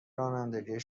رانندگی